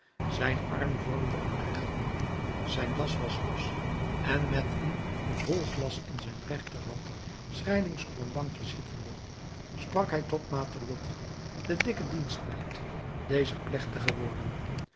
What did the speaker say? zijn arm vormde een rechthoek zijn das was los en met een vol glas in zijn rechterhand schrijlings op een bankje zittende sprak hij tot matelotte de dikke dienstmeid deze plechtige woorden